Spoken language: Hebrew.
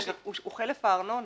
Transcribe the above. אבל השטר הוא חלף הארנונה.